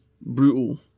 brutal